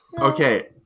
Okay